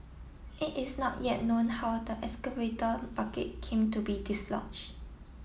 it is not yet known how the excavator bucket came to be dislodged